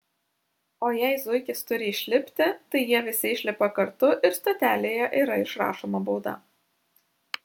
o jei zuikis turi išlipti tai jie visi išlipa kartu ir stotelėje yra išrašoma bauda